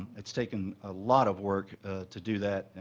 it's taken a lot of work to do that,